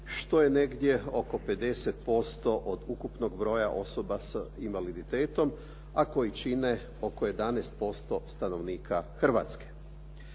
što je negdje oko 50% od ukupnog broja osoba s invaliditetom, a koji čine oko 11% stanovnika Hrvatske.